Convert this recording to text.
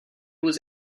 was